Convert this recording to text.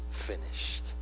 finished